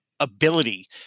ability